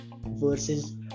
versus